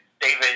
David